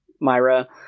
Myra